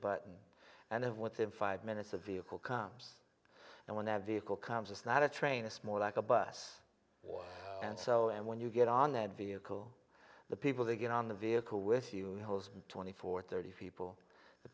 button and what in five minutes a vehicle comes and when their vehicle comes it's not a train it's more like a bus and so and when you get on that vehicle the people they get on the vehicle with twenty four thirty people